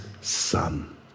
Son